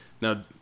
Now